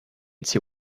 see